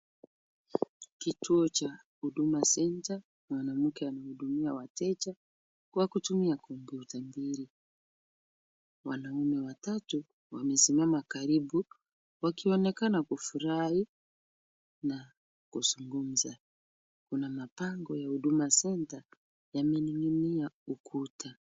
Kituo cha Huduma Centre, mwanamke anahudumia wateja kwa kutumia kompyuta mbili. Wanaume watatu wamesimama karibu wakionekana kufurahi na kuzungumza. Kuna mabango ya Huduma Centre , yamening'inia ukuta.